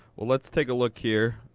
well, let's take a look here.